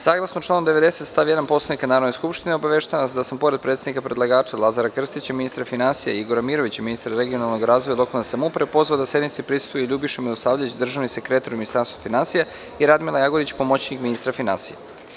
Saglasno članu 90. stav 1. Poslovnika Narodne skupštine, obaveštavam vas da sam, pored predstavnika predlagača Lazara Krstića, ministra finansija i Igora Mirovića, ministara regionalnog razvoja i lokalne samouprave, pozvao da sednici prisustvuje i Ljubiša Milosavljević, državni sekretar u Ministarstvu finansija i Radmila Jagodić, pomoćnik ministra finansija.